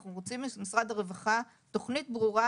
אנחנו רוצים ממשרד הרווחה תכנית ברורה,